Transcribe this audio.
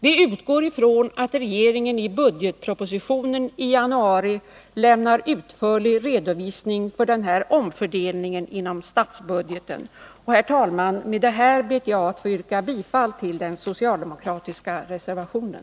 Vi utgår ifrån att regeringen i budgetpropositionen i januari lämnar utförlig redovisning för den här omfördelningen inom statsbudgeten. Herr talman! Med detta ber jag att få yrka bifall till den socialdemokratiska reservationen.